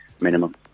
minimum